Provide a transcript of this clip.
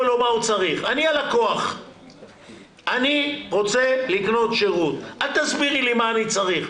אני רוצה לקנות שירות, אל תסבירי לי מה אני צריך.